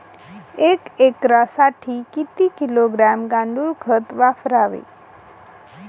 एक एकरसाठी किती किलोग्रॅम गांडूळ खत वापरावे?